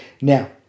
Now